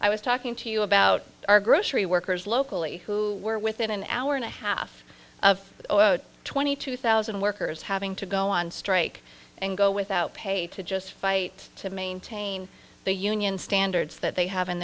i was talking to you about our grocery workers locally who were within an hour and a half of twenty two thousand workers having to go on strike and go without pay to just fight to maintain the union standards that they have in